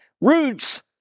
Roots